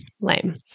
Lame